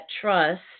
trust